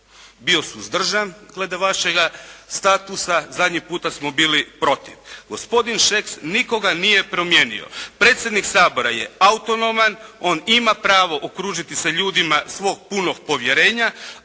bio suzdržan glede vašega statusa, zadnji puta smo bili protiv. Gospodin Šeks nikoga nije promijenio. Predsjednik Sabora je autonoman, on ima pravo okružiti se ljudima svog punog povjerenja.